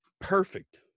perfect